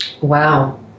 Wow